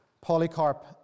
Polycarp